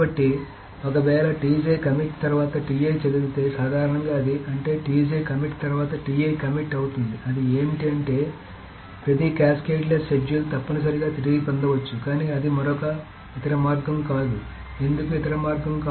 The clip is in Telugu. కాబట్టి ఒకవేళ కమిట్ తర్వాత చదివితే సాధారణంగా అది అంటే కమిట్ తర్వాత కమిట్ అవుతుంది అది ఏంటి అంటే ప్రతి క్యాస్కేడ్లెస్ షెడ్యూల్ తప్పనిసరిగా తిరిగి పొందవచ్చు కానీ అది మరొక ఇతర మార్గం కాదు ఎందుకు మరొక ఇతర మార్గం